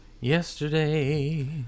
Yesterday